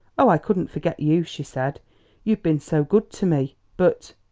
oh, i couldn't forget you, she said you've been so good to me. but,